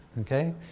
Okay